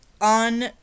on